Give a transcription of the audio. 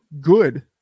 good